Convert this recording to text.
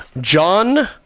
John